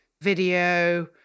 video